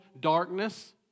darkness